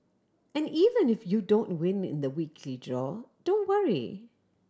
and even if you don't win in the weekly draw don't worry